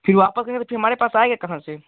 फिर वापस में हमारे पास आयेगा कहाँ से